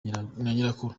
nyirakuru